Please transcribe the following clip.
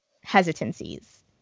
hesitancies